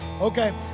Okay